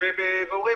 ואומרים